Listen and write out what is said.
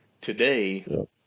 Today